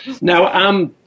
Now